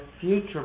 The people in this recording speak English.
future